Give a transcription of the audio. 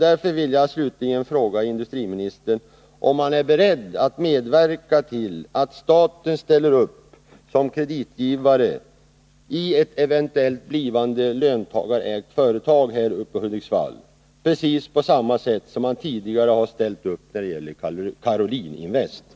Därför vill jag slutligen fråga industriministern om han är beredd att medverka till att staten ställer upp som kreditgivare för ett eventuellt blivande löntagarägt företag här uppe i Hudiksvall, precis på samma sätt som man tidigare ställt upp när det gällde Karolin Invest AB.